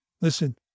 listen